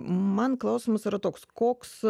man klausimas yra toks koks